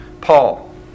Paul